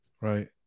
Right